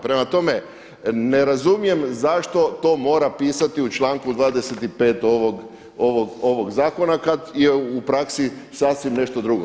Prema tome, ne razumijem zašto to mora pisati u članku 25 ovog zakona kada je u praksi sasvim nešto drugo.